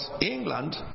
England